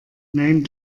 nein